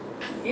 mmhmm